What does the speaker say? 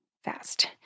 fast